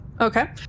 Okay